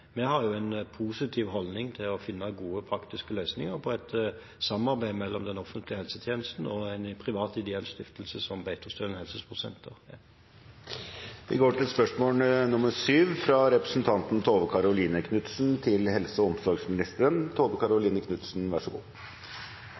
vi har en positiv holdning til å finne gode, praktiske løsninger på et samarbeid mellom den offentlige helsetjenesten og en privat ideell stiftelse som Beitostølen Helsesportsenter er. «Helsevesenet er